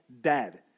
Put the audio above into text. dead